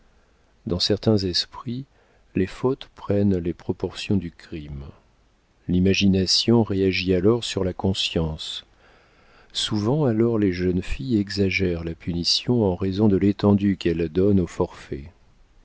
dans certains esprits les fautes prennent les proportions du crime l'imagination réagit alors sur la conscience souvent alors les jeunes filles exagèrent la punition en raison de l'étendue qu'elles donnent aux forfaits